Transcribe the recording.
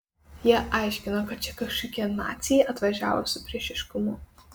jie aiškino kad čia kažkokie naciai atvažiavo su priešiškumu